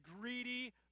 greedy